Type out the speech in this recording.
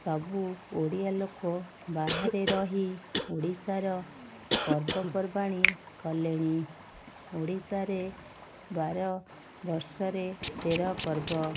ସବୁ ଓଡ଼ିଆଲୋକ ବାହାରେ ରହି ଓଡ଼ିଶାର ପର୍ବପର୍ବାଣି କଲେଣି ଓଡ଼ିଶାରେ ବାର ବର୍ଷରେ ତେରପର୍ବ